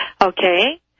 Okay